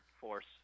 force